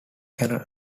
canal